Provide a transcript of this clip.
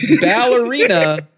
ballerina